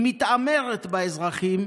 היא מתעמרת באזרחים,